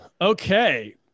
Okay